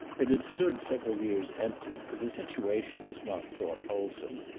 it had stood several years empty, for the situation is not thought wholesome,